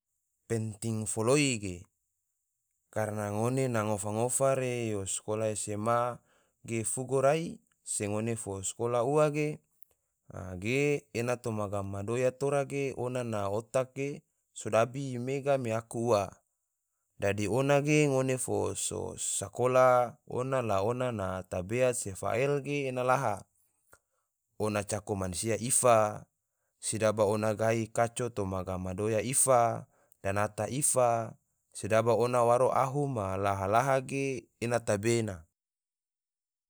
Penting foloi ge, karna ngone na ngofa-ngofa re yo skola sma ge fugo rai, se ngone so skola ua ge, a ge ena toma gam ma doya tora ge ona na otak ge sodabi mega me aku ua, dadi ona ge ngone fo so skola ona la ona na tabeat se fael ge ena laha, ona cako mansia ifa, sedaba ona gahi kaco toma gam ma doya ifa, danata ifa, sedaba ona waro ahu ma laha-laha ge ena tabena